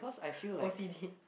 O_C_D